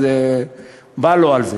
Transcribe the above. אז בא לו על זה.